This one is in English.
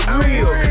real